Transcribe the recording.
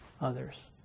others